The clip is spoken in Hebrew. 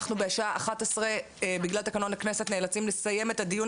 אנחנו בשעה 11 בגלל תקנון הכנסת נאלצים לסיים את הדיון,